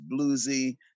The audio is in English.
bluesy